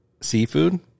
seafood